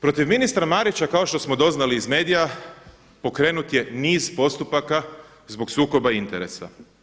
Protiv ministra Marića kao što smo doznali iz medija pokrenut je niz postupaka zbog sukoba interesa.